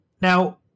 Now